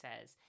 says